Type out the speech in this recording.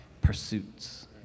pursuits